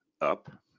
up